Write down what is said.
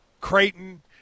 Creighton